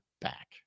back